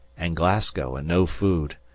and glasgow and no food,